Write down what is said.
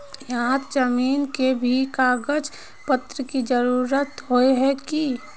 यहात जमीन के भी कागज पत्र की जरूरत होय है की?